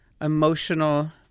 emotional